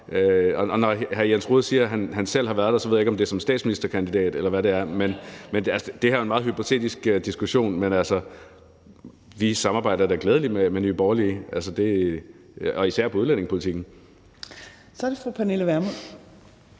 Og når hr. Jens Rohde siger, at han selv har været der, så ved jeg ikke, om det er som statsministerkandidat, eller hvad det er. Det her er jo en meget hypotetisk diskussion, men altså, vi samarbejder da gladeligt med Nye Borgerlige, især på udlændingepolitikken. Kl. 13:11 Tredje næstformand